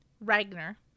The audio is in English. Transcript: Ragnar